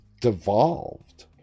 devolved